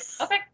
Okay